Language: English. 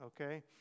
okay